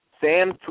Sam